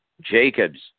Jacobs